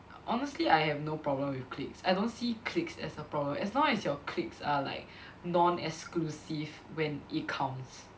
honestly I have no problem with cliques I don't see cliques as a problem as long as your cliques are like non exclusive when it counts